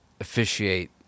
officiate